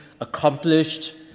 accomplished